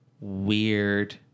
weird